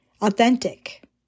authentic